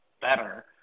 better